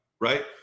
Right